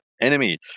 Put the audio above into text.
enemy